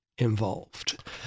Involved